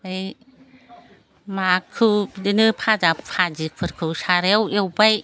फाय माखौ बिदिनो फाजा फाजिफोरखौ सारायाव एवबाय